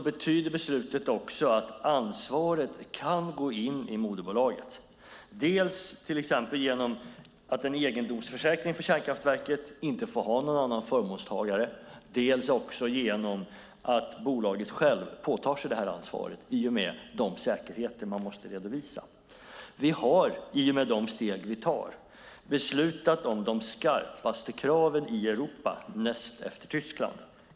Beslutet betyder att ansvaret kan gå in i moderbolaget, dels genom att en egendomsförsäkring för kärnkraftverket inte får ha någon annan förmånstagare, dels genom att bolaget självt påtar sig ansvaret i och med de säkerheter bolaget måste redovisa. Vi har i och med de steg vi tar beslutat om de skarpaste kraven i Europa näst efter Tyskland.